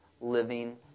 living